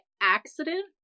accident